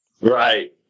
Right